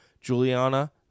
Juliana